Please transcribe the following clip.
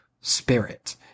spirit